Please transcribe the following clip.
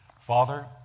Father